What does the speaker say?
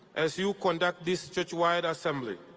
as you conduct this churchwide assembly.